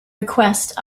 request